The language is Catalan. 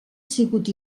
sigut